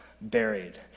buried